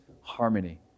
harmony